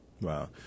Wow